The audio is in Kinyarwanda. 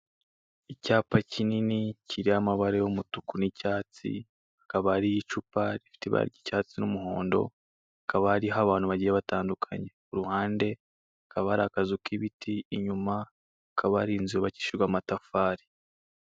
Icyapa kinini kiriho amabara y'umutuku n'icyatsi. Hakaba hariho icupa rifite ibara ry'icyatsi n'umuhondo, hakaba hariho abantu bagiye batandukanye. Ku ruhande hakaba hari akazu k'ibiti, inyuma hakaba hari inzu yubakishije amatafari.